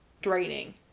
draining